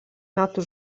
metų